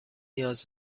نیاز